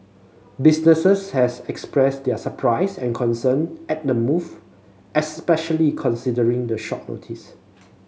businesses has expressed their surprise and concern at the move especially considering the short notice